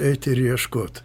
eit ir ieškot